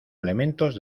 elementos